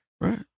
Right